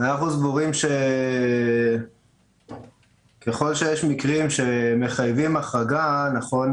אנחנו סבורים שככל שיש מקרים שמחייבים החרגה זאת צריכה